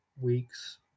weeks